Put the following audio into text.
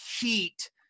heat